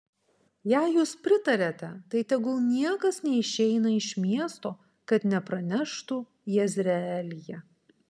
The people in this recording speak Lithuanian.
jei jūs pritariate tai tegul niekas neišeina iš miesto kad nepraneštų jezreelyje